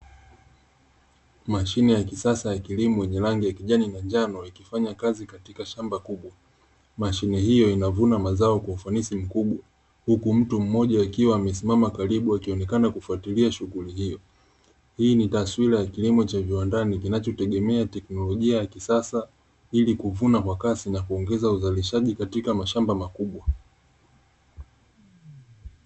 Mashine ya kisasa ya kilimo yenye rangi ya kijani na njano, ikifanya kazi katika shamba kubwa, mashine hiyo inavuna mazao kwa ufanisi mkubwa, huku mtu mmoja akiwa amesimama karibu akionekana kufuatilia shughuli hiyo . Hii ni taswira ya kilimo cha viwandani kinacho tegemea teknolojia ya kisasa ili kuvuna kwa kasi na kuongeza uzalishaji katika mashamba makubwa.